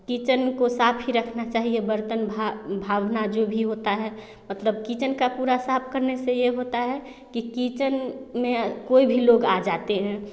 kitchen को साफ़ ही रखना चाहिए बर्तन भा भावना जो भी होता है मतलब किचन को पूरा साफ़ करने से यह होता है की किचन में कोई भी लोग आ जाते है